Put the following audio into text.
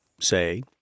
say